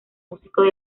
músicos